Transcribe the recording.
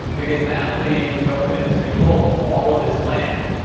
because now the the government is in control of all of this land,